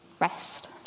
rest